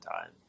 time